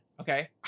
Okay